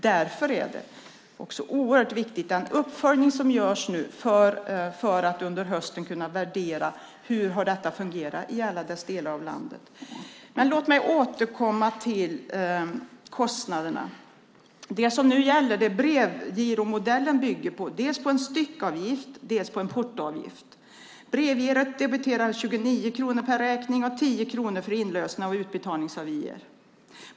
Därför är den uppföljning som görs nu oerhört viktig för att under hösten kunna värdera hur detta har fungerat i alla delar av landet. Låt mig återkomma till kostnaderna. Det som brevgiromodellen bygger på är dels en styckavgift, dels en portoavgift. Brevgirot debiterar 29 kronor per räkning och 10 kronor för inlösen av utbetalningsavier.